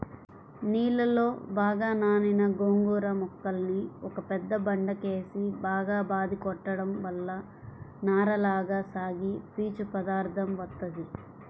నీళ్ళలో బాగా నానిన గోంగూర మొక్కల్ని ఒక పెద్ద బండకేసి బాగా బాది కొట్టడం వల్ల నారలగా సాగి పీచు పదార్దం వత్తది